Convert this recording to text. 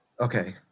Okay